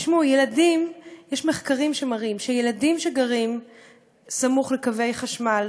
יש מחקרים שמראים שילדים שגרים סמוך לקווי חשמל,